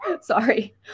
Sorry